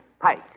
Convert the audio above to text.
Pike